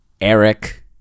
Eric